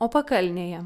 o pakalnėje